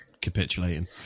capitulating